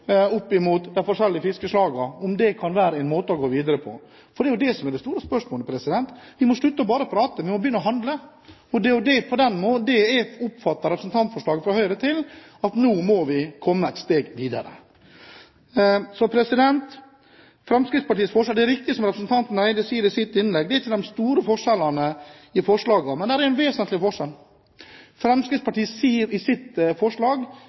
de forskjellige fiskeslagene, kan det være en måte å gå videre på. Det er jo dette som er det store spørsmålet. Vi må slutte med bare å prate, vi må begynne å handle. Det er slik jeg oppfatter representantforslaget fra Høyre, at nå må vi komme et steg videre. Det er riktig, som representanten Andersen Eide sier i sitt innlegg, at det ikke er stor forskjell på forslagene. Men det er en vesentlig forskjell. Fremskrittspartiet sier i sitt forslag